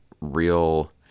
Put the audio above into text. real